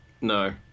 No